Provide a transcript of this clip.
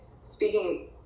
Speaking